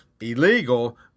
illegal